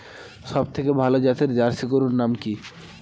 সবথেকে ভালো জাতের জার্সি গরুর নাম কি?